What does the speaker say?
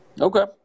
Okay